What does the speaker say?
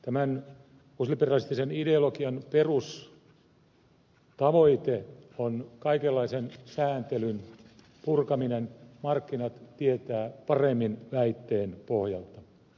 tämän uusliberalistisen ideologian perustavoite on kaikenlaisen sääntelyn purkaminen markkinat tietää paremmin väitteen pohjalta